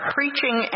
Preaching